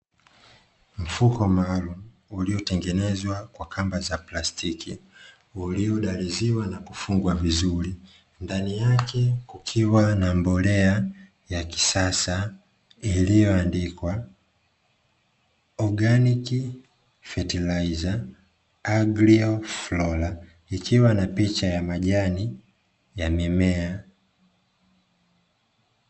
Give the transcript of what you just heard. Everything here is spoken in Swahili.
Mfuko maalumu uliotengenezwa kwa kamba za plastiki uliodariziwa na kufungwa vizuri, ndani yake kukiwa na mbolea ya kisasa iliyo andikwa "Organic Fertiliser Agroflora" ikiwa na picha ya majani ya mimea.